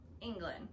England